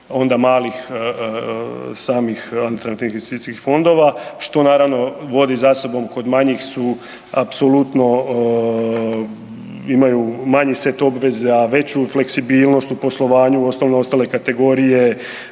novih malih samih … fondova što naravno vodi za sobom kod manjih su apsolutno imaju manji set obveza, veću fleksibilnost u poslovanju u odnosu na ostale kategorije,